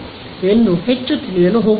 ಎಂದು ಹೆಚ್ಚು ತಿಳಿಯಲು ಹೋಗುವುದಿಲ್ಲ